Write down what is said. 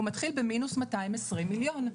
הוא מתחיל במינוס 220 מיליון.